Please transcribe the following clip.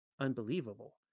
Unbelievable